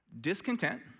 discontent